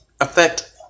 affect